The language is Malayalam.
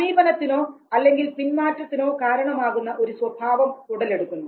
സമീപനത്തിനോ അല്ലെങ്കിൽ പിന്മാറ്റത്തിനോ കാരണമാകുന്ന ഒരു സ്വഭാവം ഉടലെടുക്കുന്നു